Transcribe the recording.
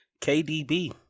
KDB